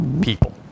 people